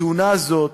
התאונה הזאת